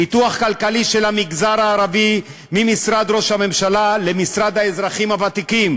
פיתוח כלכלי של המגזר הערבי ממשרד ראש הממשלה למשרד לשוויון חברתי,